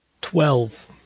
Twelve